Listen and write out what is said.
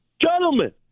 gentlemen